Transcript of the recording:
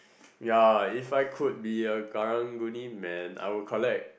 ya if I could be a Karang-Guni man I would collect